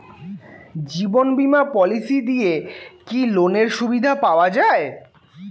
জীবন বীমা পলিসি দিয়ে কি লোনের সুবিধা পাওয়া যায়?